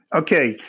okay